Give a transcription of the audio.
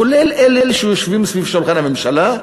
כולל אלה שיושבים סביב שולחן הממשלה,